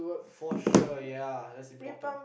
for sure ya that's important